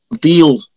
deal